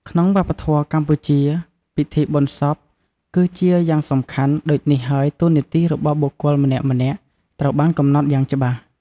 ក្នុងវប្បធម៌កម្ពុជា ពិធីបុណ្យសពគឺជាយ៉ាងសំខាន់ ដូចនេះហើយតួនាទីរបស់បុគ្គលម្នាក់ៗត្រូវបានកំណត់យ៉ាងច្បាស់។